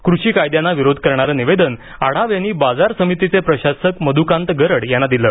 कृषी कायद्याला विरोध करणारं निवेदन आढाव यांनी बाजार समितीचे प्रशासक मधुकांत गरड यांना दिलं